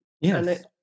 Yes